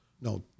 No